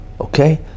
okay